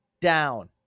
down